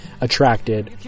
attracted